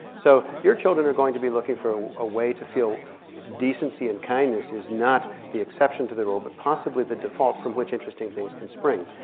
so your children are going to be looking a ah way to feel decency and kindness is not the exception to the rule but possibly the default from which interesting things can spring.